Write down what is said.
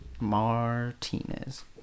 Martinez